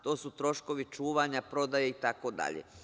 To su troškovi čuvanja, prodaje, itd.